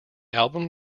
album